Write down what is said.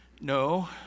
no